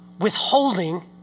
withholding